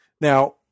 Now